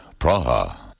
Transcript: Praha